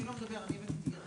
אני לא מדבר, אני הבאתי את אירה.